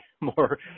more